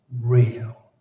real